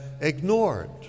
ignored